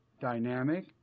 dynamic